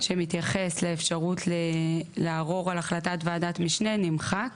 שמתייחס לאפשרות לערור על החלטת ועדת משנה נמחק,